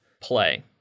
play